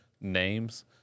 Names